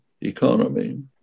economy